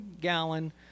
gallon